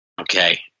Okay